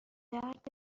درد